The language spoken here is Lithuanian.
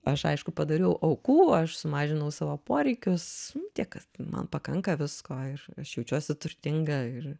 aš aišku padariau aukų aš sumažinau savo poreikius tiek kad man pakanka visko ir aš jaučiuosi turtinga ir